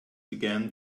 began